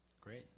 Great